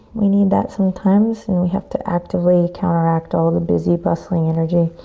we need that sometimes. and we have to actively counteract all the busy bustling energy,